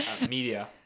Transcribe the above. Media